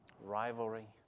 Rivalry